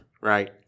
right